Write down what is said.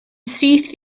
syth